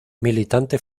militante